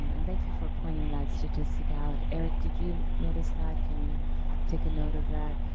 and thank you for pointing that statistic out. erik, did you notice that, can you take a note of that,